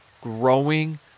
growing